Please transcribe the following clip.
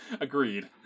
Agreed